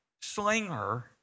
slinger